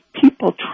people